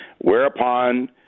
whereupon